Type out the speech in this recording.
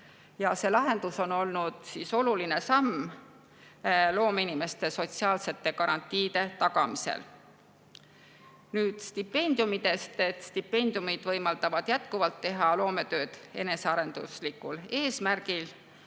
See lahendus on oluline samm loomeinimeste sotsiaalsete garantiide tagamisel. Nüüd stipendiumidest. Stipendiumid võimaldavad jätkuvalt teha loometööd enesearenduslikul eesmärgil.